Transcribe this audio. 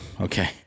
okay